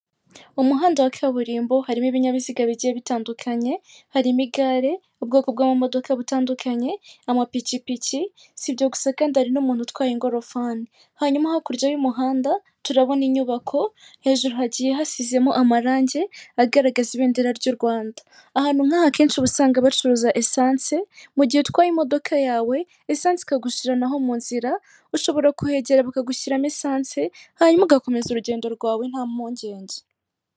Mu muhanda wa kaburimbo harimo ibinyabiziga bigiye bitandukanye, harimo igare, ubwoko bw'amamodoka butandukanye, amapikipiki, si ibyo gusa kandi hari n'umuntu utwaye ingorofani. Hanyuma hakurya y'umuhanda turabona inyubako, hejuru hagiye hasizemo amarangi agaragaza ibendera ry'u Rwanda. Ahantu nk'aha kenshi uba usanga bacuruza esanse, mu gihe utwaye imodoka yawe, esanse ikagushiranaho mu nzira, ushobora kuhegera bakagushyiriramo esanse, hanyuma ugakomeza urugendo rwawe nta mpungenge.